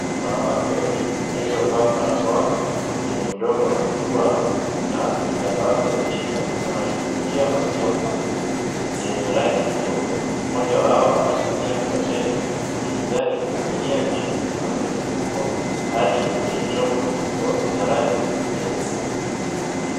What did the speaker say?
Wanawake wawili waliovaa barakoa kwenye mdomo na mapua na vitambaa vya kichwa, wanashughulikia maziwa yenye rangi nyeupe. Mmoja wao anatumia feneli ya kijani kumiminia kitu kutoka kwenye mfuko hadi kwenye chombo kikubwa cha rangi nyeupe.